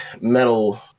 metal